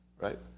right